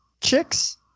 chicks